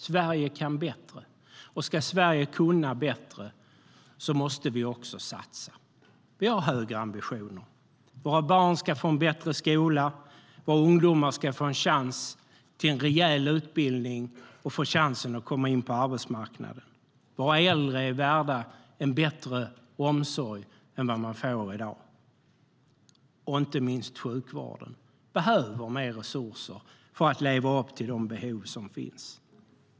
Sverige kan bättre, och ska Sverige kunna bättre måste vi satsa. Vi har höga ambitioner. Våra barn ska få en bättre skola, och våra ungdomar ska få chans till en rejäl utbildning och chansen att komma in på arbetsmarknaden. Våra äldre är värda en bättre omsorg än den de får i dag. Inte minst sjukvården behöver mer resurser för att kunna leva upp till de behov som finns.